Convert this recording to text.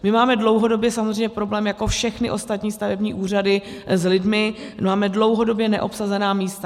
My máme dlouhodobě samozřejmě problém jako všechny ostatní stavební úřady s lidmi, máme dlouhodobě neobsazená místa.